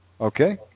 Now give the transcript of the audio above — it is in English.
Okay